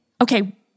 okay